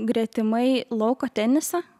gretimai lauko tenisą